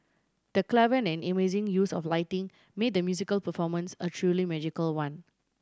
the clever and amazing use of lighting made the musical performance a truly magical one